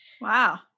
Wow